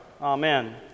Amen